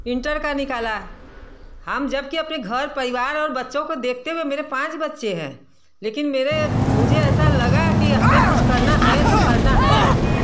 inter का निकाला हम जबकि अपने घर परिवार और बच्चों को देखते हुए मेरे पाँच बच्चे है लेकिन मेरे मुझे ऐसा लगा कि हमें कुछ करना है तो करना है